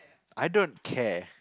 I don't care